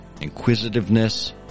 inquisitiveness